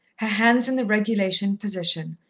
her hands in the regulation position,